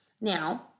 Now